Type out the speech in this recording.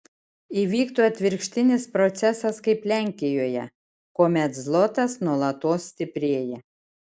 įvyktų atvirkštinis procesas kaip lenkijoje kuomet zlotas nuolatos stiprėja